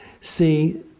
see